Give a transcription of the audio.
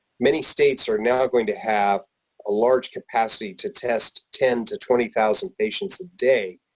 many states are now going to have a large capacity to test ten to twenty thousand patients a day,